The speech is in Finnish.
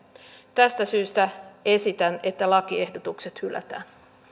tästä syystä esitän että lakiehdotukset hylätään